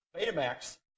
Betamax